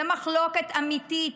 זה מחלוקת אמיתית,